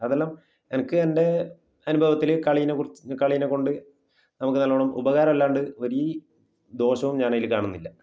അതെല്ലാം എനിക്ക് എൻ്റെ അനുഭവത്തിൽ കളിയെ കുറിച്ച് കളിയെ കൊണ്ട് നമുക്ക് നല്ലോണം ഉപകാരമല്ലാതെ വലിയ ദോഷവും ഞാൻ അതിൽ കാണുന്നില്ല